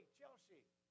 Chelsea